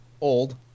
Old